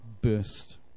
burst